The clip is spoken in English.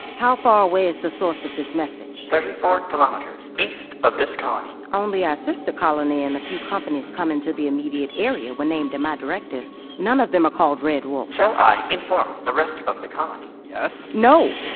how far away is the source of this message? thirty-four kilometers east of this colony only our sister colony and a few companies coming to the immediate area were named in my directives. none of them are called red wolf shall i inform the ah rest of the colony? yes! no!